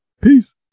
peace